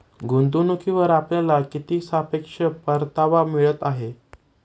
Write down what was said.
गुंतवणूकीवर आपल्याला किती सापेक्ष परतावा मिळत आहे?